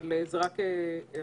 אבל אלו רק הערות,